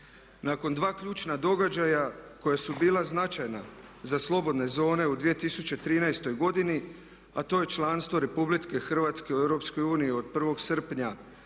Nakon dva ključna događaja koja su bila značajna za slobodne zone u 2013. godini, a to je članstvo Republike Hrvatske u EU od 1. srpnja